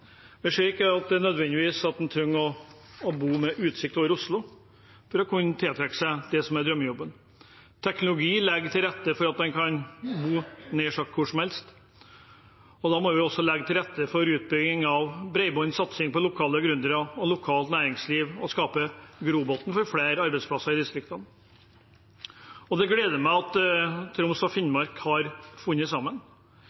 Jeg ser ikke at en nødvendigvis trenger å bo med utsikt over Oslo for å kunne tiltrekke seg det som er drømmejobben. Teknologi legger til rette for at en kan bo nær sagt hvor som helst. Da må vi også legge til rette for utbygging av bredbånd, satse på lokale gründere og lokalt næringsliv og skape grobunn for flere arbeidsplasser i distriktene. Det gleder meg at Troms og